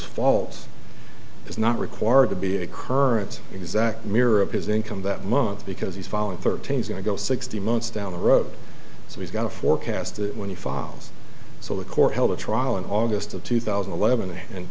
fault is not required to be a current exact mirror of his income that month because he's fallen thirteen is going to go sixty months down the road so he's going to forecast it when he files so the court held a trial in august of two thousand and eleven and